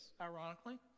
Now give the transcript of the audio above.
ironically